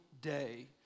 day